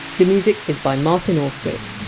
the music is by martin austwick.